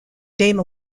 dame